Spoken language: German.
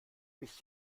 mich